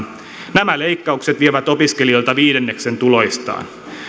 nämä leikkaukset vievät opiskelijoilta viidenneksen tuloistaan